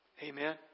Amen